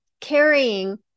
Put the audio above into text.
carrying